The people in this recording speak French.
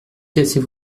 casser